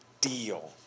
deal